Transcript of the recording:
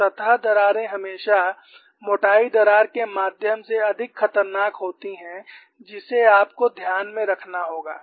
तो सतह दरारें हमेशा मोटाई दरार के माध्यम से अधिक खतरनाक होती हैं जिसे आपको ध्यान में रखना होगा